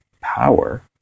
power